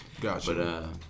Gotcha